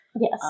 Yes